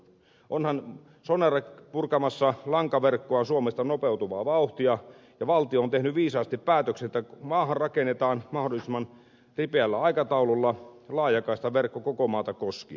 onhan sonera purkamassa lankaverkkoa suomesta nopeutuvaa vauhtia ja valtio tehnyt viisaasti päätöksen että maahan rakennetaan mahdollisimman ripeällä aikataululla laajakaistaverkko koko maata koskien